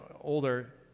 older